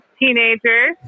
Teenager